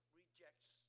rejects